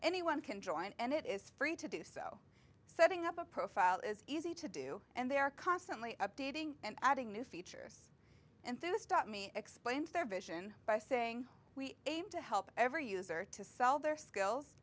anyone can join and it is free to do so setting up a profile is easy to do and they are constantly updating and adding new features and to stop me explains their vision by saying we aim to help every user to sell their skills